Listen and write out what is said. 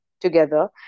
together